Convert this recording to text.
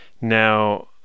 Now